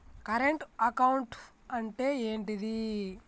Current account అంటే ఏంటిది?